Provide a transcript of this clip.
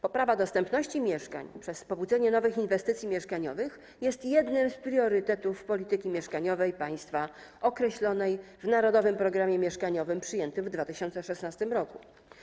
Poprawa dostępności mieszkań przez pobudzenie nowych inwestycji mieszkaniowych jest jednym z priorytetów polityki mieszkaniowej państwa określonej w „Narodowym programie mieszkaniowym” przyjętym w 2016 r.